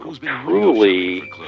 truly